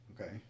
Okay